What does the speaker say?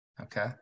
okay